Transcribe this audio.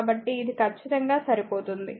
కాబట్టి ఇది ఖచ్చితంగా సరిపోతుంది